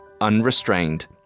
unrestrained